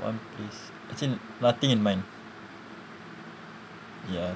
one place actually nothing in mind ya